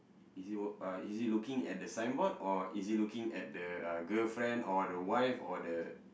is he uh looking at the signboard or is he looking at the uh girlfriend or the wife or the